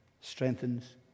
strengthens